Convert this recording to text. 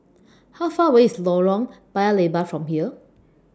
How Far away IS Lorong Paya Lebar from here